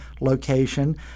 location